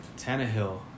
Tannehill